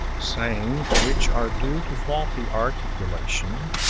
saying which are due to faulty articulation,